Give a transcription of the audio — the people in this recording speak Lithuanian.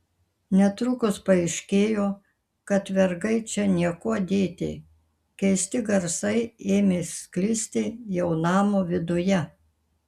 netrukus paaiškėjo kad vergai čia niekuo dėti keisti garsai ėmė sklisti jau namo viduje